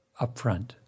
upfront